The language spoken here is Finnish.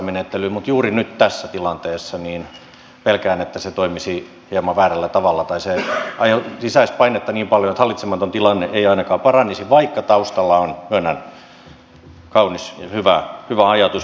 mutta juuri nyt tässä tilanteessa pelkään että se toimisi hieman väärällä tavalla tai se lisäisi painetta niin paljon että hallitsematon tilanne ei ainakaan paranisi vaikka taustalla on myönnän kaunis ja hyvä ajatus